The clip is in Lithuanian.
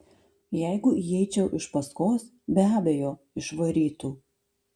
jeigu įeičiau iš paskos be abejo išvarytų